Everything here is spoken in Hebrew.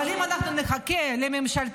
אבל אם אנחנו נחכה לממשלתי,